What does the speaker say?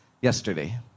Yesterday